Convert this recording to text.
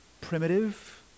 primitive